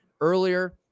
earlier